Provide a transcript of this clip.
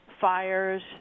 fires